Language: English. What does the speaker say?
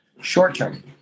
short-term